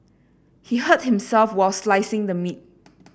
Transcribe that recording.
he hurt himself while slicing the meat